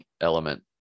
element